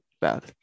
bad